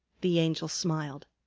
the angel smiled.